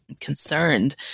concerned